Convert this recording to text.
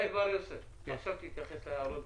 חן בר יוסף, עכשיו תתייחס להערות.